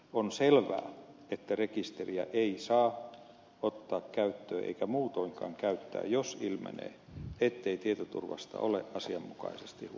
on selvää että rekisteriä ei saa ottaa käyttöön eikä muutoinkaan käyttää jos ilmenee ettei tietoturvasta ole asianmukaisesti huolehdittu